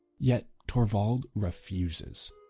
yet, torvald refuses.